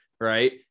Right